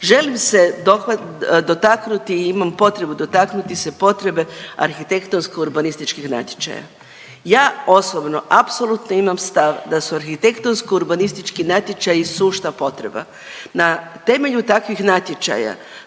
Želim se dotaknuti i imam potrebe dotaknuti se potrebe arhitektonsko-urbanističkih natječaja, ja osobno apsolutno imam stav da su arhitektonsko-urbanistički natječaji sušta potreba. Na temelju takvih natječaja